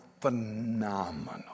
phenomenal